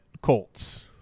Colts